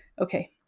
Okay